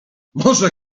może